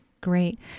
Great